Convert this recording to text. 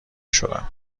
شدم